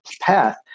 path